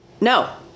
no